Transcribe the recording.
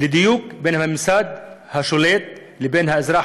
וליתר דיוק: בין הממסד השולט לבין האזרח,